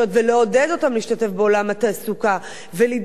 לעודד אותם להשתתף בעולם התעסוקה ולדאוג